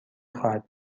خواهد